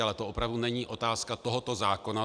Ale to opravdu není otázka tohoto zákona.